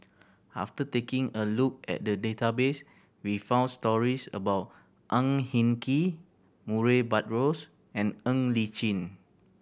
after taking a look at the database we found stories about Ang Hin Kee Murray Buttrose and Ng Li Chin